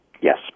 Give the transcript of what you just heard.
Yes